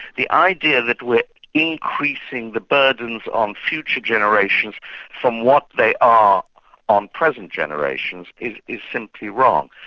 the idea that we're increasing the burdens on future generations from what they are on present generations is simply wrong.